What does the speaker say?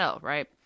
Right